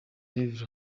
rev